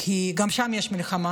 כי גם שם יש מלחמה.